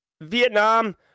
Vietnam